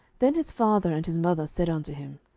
then his father and his mother said unto him,